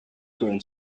current